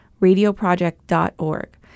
radioproject.org